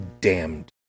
damned